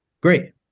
Great